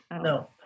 No